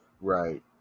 Right